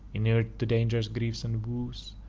inur'd to dangers, griefs, and woes,